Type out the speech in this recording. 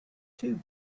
two